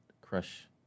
crush